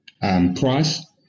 price